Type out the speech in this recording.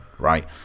right